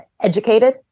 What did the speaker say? educated